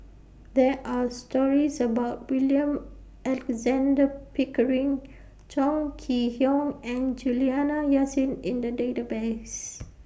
There Are stories about William Alexander Pickering Chong Kee Hiong and Juliana Yasin in The Database